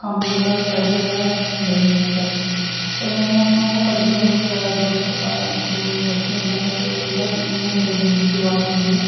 कम्म जेह्का स्टडी आह्ला ओह् में बे'ई जन्नी आं करने ई फेर में अपना उ'यै पढ़दी रौह्नी आं ज्यादा देर तक बारां इक दो बज्जी जंदा ऐ बस इ'यै मेरे दिन दी शुरुआत होंदी ऐ